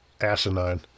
asinine